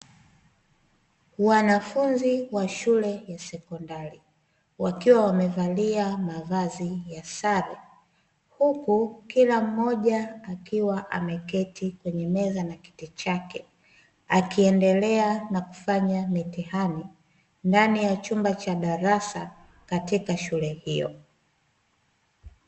Wanafunzi wa shule ya sekondari wakiwa wamevalia mavazi ya sare huku kila mmoja akiwa ameketi kwenye meza na kiti chake, akiendelea na kufanya mitihani, ndani ya chumba cha darasa katika shule hiyo.